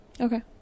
Okay